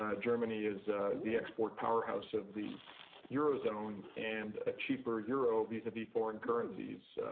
ah germany is the export powerhouse of the eurozone, and a cheaper euro vis-a-vis foreign currencies